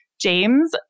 James